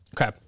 Okay